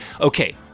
okay